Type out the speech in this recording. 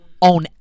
On